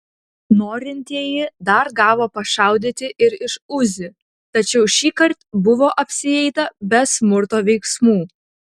norintieji dar gavo pašaudyti ir iš uzi tačiau šįkart buvo apsieita be smurto veiksmų